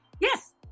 Yes